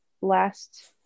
last